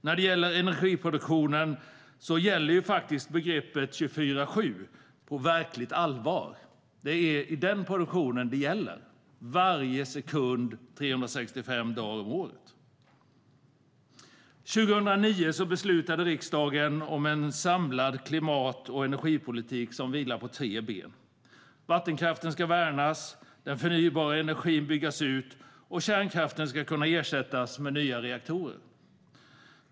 När det gäller energiproduktionen gäller begreppet 24:7 på verkligt allvar. Det är i den produktionen det gäller, varje sekund 365 dagar om året. År 2009 beslutade riksdagen om en samlad klimat och energipolitik som vilar på tre ben: Vattenkraften ska värnas, den förnybara energin ska byggas ut och kärnkraften ska kunna ersättas med nya reaktorer.